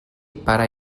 pare